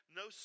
no